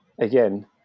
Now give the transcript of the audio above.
again